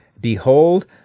Behold